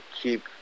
keep